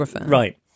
Right